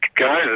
Guys